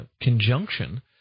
conjunction